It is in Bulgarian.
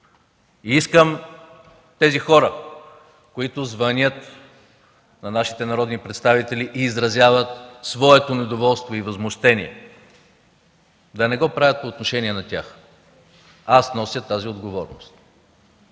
Искам тези хора, които звънят на нашите народни представители и изразяват своето недоволство и възмущение, да не го правят по отношение на тях. Аз нося тази отговорност